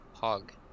Hog